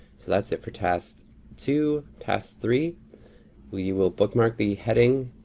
so that's it for tasks two. task three we will bookmark the heading,